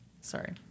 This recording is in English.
Sorry